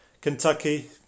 Kentucky